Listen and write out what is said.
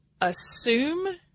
assume